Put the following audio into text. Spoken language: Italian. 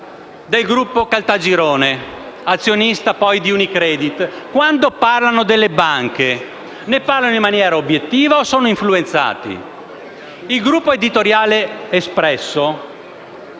Il Gruppo editoriale «L'Espresso»